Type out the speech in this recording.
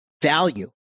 value